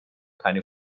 keine